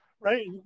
Right